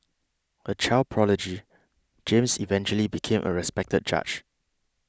a child prodigy James eventually became a respected judge